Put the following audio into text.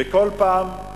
וכל פעם,